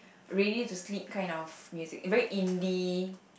ready to sleep kind of music very indie